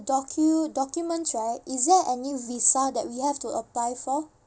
docu~ documents right is there any visa that we have to apply for